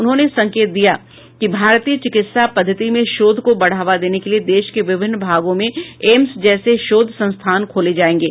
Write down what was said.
उन्होंने संकेत दिया कि भारतीय चिकित्सा पदद्धति में शोध को बढावा देने के लिए देश के विभिन्न भागों में एम्स जैसे शोध संस्थान खोले जाएंगे